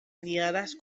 liaras